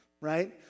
right